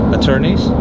Attorneys